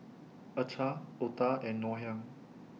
Acar Otah and Ngoh Hiang